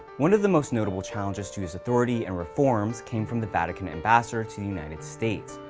one of the most notable challenges to his authority and reforms, came from the vatican ambassador to the united states,